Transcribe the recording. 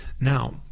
Now